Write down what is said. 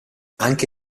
anche